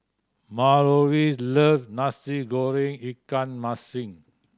Mallorie love Nasi Goreng ikan masin